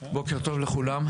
בוקר טוב לכולם,